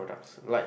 like